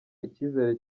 icyizere